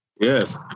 Yes